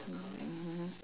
mm mmhmm